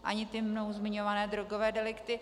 Ani ty mnou zmiňované drogové delikty.